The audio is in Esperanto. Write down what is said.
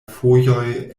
fojoj